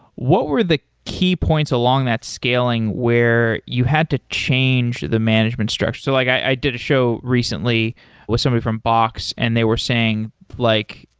what were the key points along that scaling, where you had to change the management so like i did a show recently with somebody from fox and they were saying like,